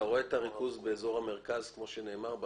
אתה רואה את הריכוז באזור המרכז כמו שנאמר?